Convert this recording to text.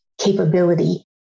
capability